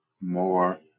more